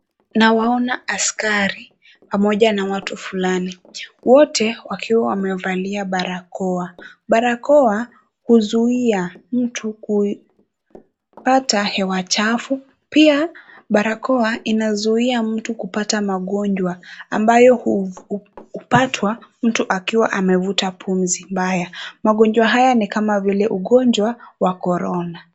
Nawaona askari pamoja na watu fulani, wote wakiwa wamevalia barakoa. Barakoa, huzuia mtu kupata hewa chafu, pia barakoa inamzuia mtu kupata magonjwa ambayo hupatwa mtu akiwa amevuta pumzi mbaya. Magonjwa haya ni kama ugonjwa wa Korona.